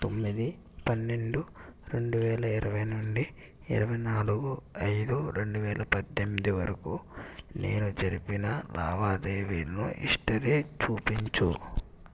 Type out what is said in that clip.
తొమ్మిది పన్నెండు రెండు వేల ఇరవై నుండి ఇరవై నాలుగు అయిదు రెండువేల పద్దెనిమిది వరకు నేను జరిపిన లావాదేవీలను హిస్టరీ చూపించు